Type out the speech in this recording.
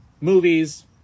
movies